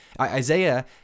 Isaiah